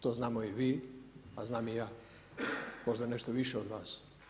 To znamo i vi, a znam i ja, možda nešto više od vas.